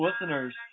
listeners